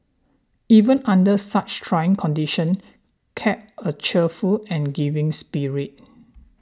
even under such trying conditions kept a cheerful and giving spirit